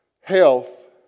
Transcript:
Health